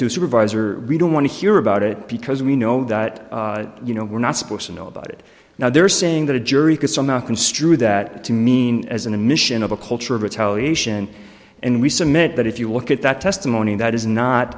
to supervisor we don't want to hear about it because we know that you know we're not supposed to know about it now they're saying that a jury could somehow construe that to mean as in a mission of a culture of retaliation and we submit that if you look at that testimony that is not